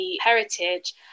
heritage